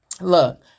Look